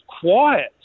quiet